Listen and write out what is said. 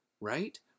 Right